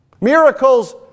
Miracles